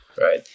right